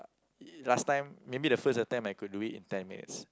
last time maybe the first attempt I could do it in ten minutes